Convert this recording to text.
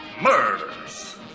Murders